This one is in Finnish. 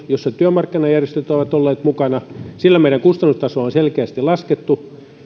jossa työmarkkinajärjestöt ovat olleet mukana sillä meidän kustannustasoa on selkeästi laskettu